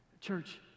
Church